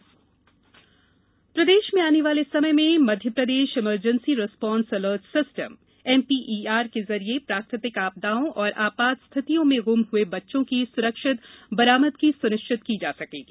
MP ER system प्रदेश में आने वाले समय में Madhya Pradesh emergency response alert system MP ER के जरिये प्राकृतिक आपदाओं और आपात स्थितियों में गुम हुए बच्चों की सुरक्षित बरामदगी सुनिश्चित की जा सकेगी